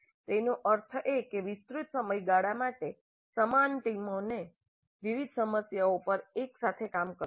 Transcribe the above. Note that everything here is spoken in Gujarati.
તેનો અર્થ એ કે વિસ્તૃત સમયગાળા માટે સમાન ટીમોને વિવિધ સમસ્યાઓ પર એક સાથે કામ કરવા દો